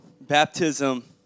baptism